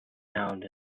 sound